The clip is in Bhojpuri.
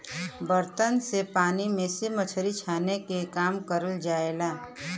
बर्तन से पानी में से मछरी छाने के काम करल जाला